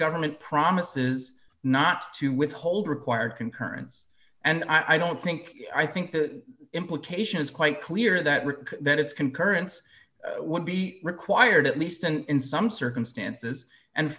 government promises not to withhold required concurrence and i don't think i think the implication is quite clear that that it's concurrence would be required at least and in some circumstances and